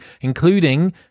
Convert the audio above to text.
including